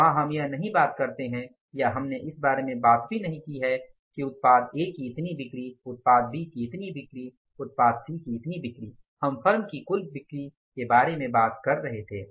वहां हम यह बात नहीं करते हैं या हमने इस बारे में बात भी नहीं की है कि उत्पाद A की इतनी बिक्री उत्पाद B की इतनी बिक्री उत्पाद C की इतनी बिक्री हम फर्म की कुल बिक्री के बारे में बात कर रहे थे